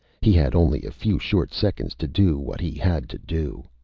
he had only a few short seconds to do what he had to do.